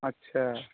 अच्छा